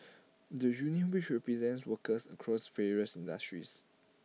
the union which represents workers across various industries